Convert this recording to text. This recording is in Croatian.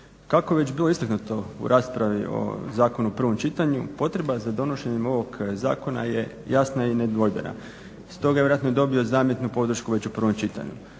Kako je već bilo istaknuto u raspravi o zakonu u prvom čitanju potreba za donošenjem ovog zakona je jasna i nedvojbena, stoga je vjerojatno i dobio zamjetnu podršku već u prvom čitanju.